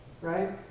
right